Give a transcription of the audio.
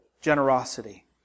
generosity